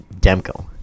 Demko